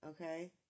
Okay